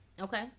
okay